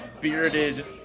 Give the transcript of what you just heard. bearded